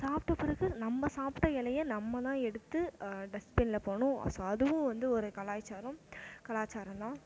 சாப்பிட்ட பிறகு நம்ம சாப்பிட்ட இலைய நம்ம தான் எடுத்து டஸ்பின்னில் போடணும் ஸோ அதுவும் வந்து ஒரு கலாச்சாரம் கலாச்சாரம் தான்